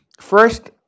First